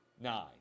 nine